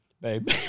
babe